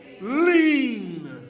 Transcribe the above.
lean